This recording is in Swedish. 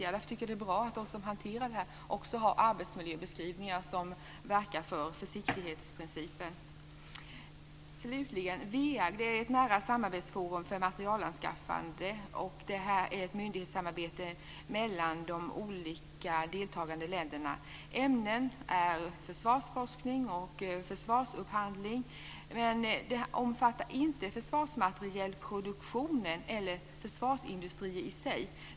Därför tycker jag att det är bra att de som hanterar detta också har arbetsmiljöbeskrivningar som verkar för försiktighetsprincipen. WEAG är ett samarbetsforum för materielanskaffande myndigheter mellan de deltagande länderna. Ämnen är försvarsforskning och försvarsupphandling, men det omfattar inte försvarsmaterielproduktionen eller försvarsindustri i sig.